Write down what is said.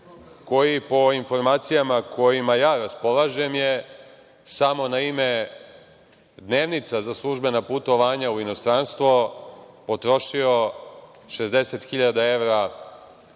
koji je, po informacijama kojima ja raspolažem, samo na ime dnevnica za službena putovanja u inostranstvo potrošio 60 hiljada